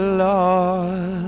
lost